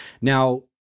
Now